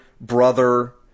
brother